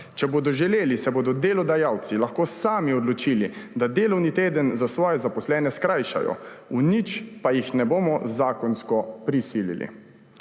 Če bodo želeli, se bodo delodajalci lahko sami odločili, da delovni teden za svoje zaposlene skrajšajo, v nič pa jih ne bomo zakonsko prisilili.